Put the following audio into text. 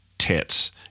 tits